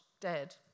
dead